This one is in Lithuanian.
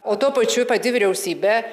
o tuo pačiu pati vyriausybė